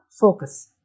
focus